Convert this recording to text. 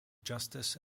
justice